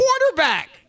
quarterback